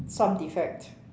some defect